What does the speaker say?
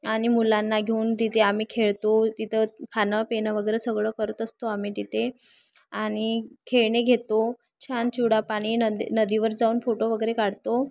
आणि मुलांना घेऊन तिथे आम्ही खेळतो तिथं खाणं पिणं वगरे सगळं करत असतो आम्ही तिथे आणि खेळणे घेतो छान चिवडा पाणी नदी नदीवर जाऊन फोटो वगैरे काढतो